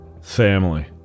family